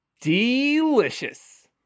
Delicious